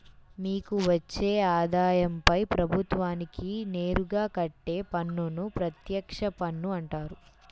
మీకు వచ్చే ఆదాయంపై ప్రభుత్వానికి నేరుగా కట్టే పన్నును ప్రత్యక్ష పన్ను అంటారు